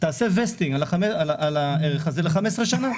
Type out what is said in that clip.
תעשה וסטינג על הערך הזה ל-15 שנים.